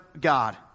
God